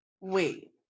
Wait